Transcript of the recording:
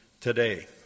today